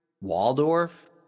Waldorf